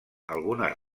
algunes